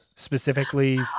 specifically